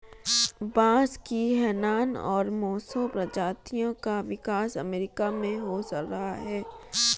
बांस की हैनान और मोसो प्रजातियों का विकास अमेरिका में हो रहा है